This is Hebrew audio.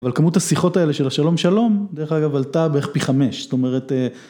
אבל כמות השיחות האלה של השלום שלום, דרך אגב, עלתה בערך פי חמש, זאת אומרת